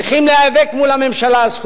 צריכים להיאבק מול הממשלה על זכויותיהם?